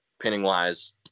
pinning-wise